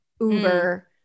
Uber